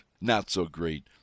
not-so-great